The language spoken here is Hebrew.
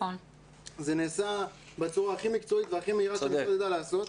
זה נעשה בצורה הכי מקצועית והכי מהירה שהמשרד יודע לעשות.